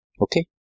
Okay